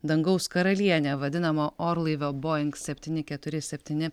dangaus karaliene vadinama orlaivio boing septyni keturi septyni